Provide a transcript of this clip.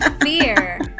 fear